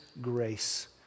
grace